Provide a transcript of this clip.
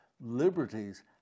Liberties